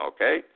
Okay